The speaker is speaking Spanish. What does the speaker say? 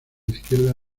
izquierda